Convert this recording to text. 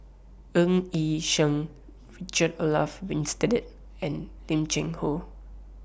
Ng Yi Sheng Richard Olaf Winstedt and Lim Cheng Hoe